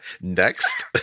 Next